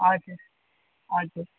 हजुर हजुर